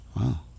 Wow